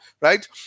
Right